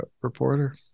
reporter